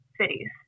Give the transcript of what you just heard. cities